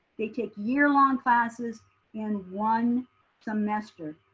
they take year long classes in one semester.